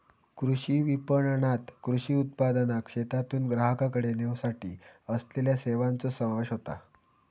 कृषी विपणणात कृषी उत्पादनाक शेतातून ग्राहकाकडे नेवसाठी असलेल्या सेवांचो समावेश होता